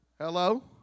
Hello